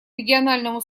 региональному